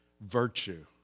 virtue